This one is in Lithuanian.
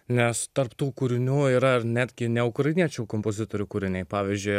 nes tarp tų kūrinių yra ar netgi ne ukrainiečių kompozitorių kūriniai pavyzdžiui